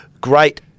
great